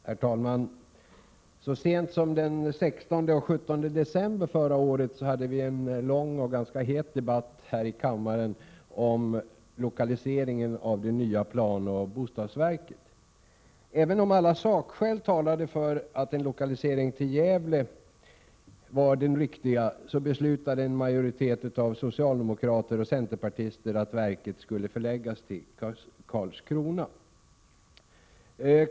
Herr talman! Så sent som den 16 och 17 december förra året hade vi en lång och ganska het debatt här i kammaren om lokaliseringen av det nya planoch bostadsverket. Även om alla sakskäl talade för en lokalisering till Gävle beslutade en majoritet av socialdemokrater och centerpartister att verket skulle förläggas till Karlskrona.